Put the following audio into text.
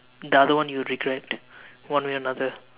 the other one you will regret one way or another